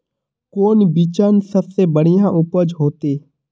कौन बिचन सबसे बढ़िया उपज होते?